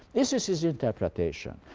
this is his interpretation.